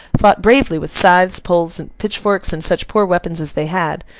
fought bravely with scythes, poles, pitchforks, and such poor weapons as they had,